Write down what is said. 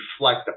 reflect